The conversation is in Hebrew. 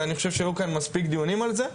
ואני חושב שהיו כאן מספיק דיונים על זה.